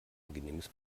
angenehmes